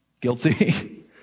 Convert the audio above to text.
Guilty